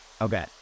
Okay